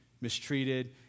mistreated